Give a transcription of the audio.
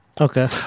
Okay